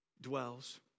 dwells